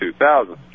2000